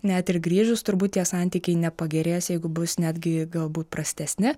net ir grįžus turbūt tie santykiai nepagerės jeigu bus netgi galbūt prastesni